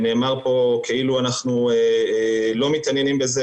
נאמר פה כאילו אנחנו לא מתעניינים בזה,